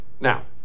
Now